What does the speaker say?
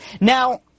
Now